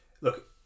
look